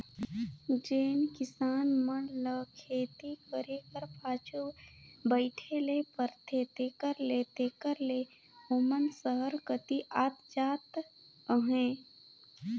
जेन किसान मन ल खेती करे कर पाछू बइठे ले परथे तेकर ले तेकर ले ओमन सहर कती आत जात अहें